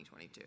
2022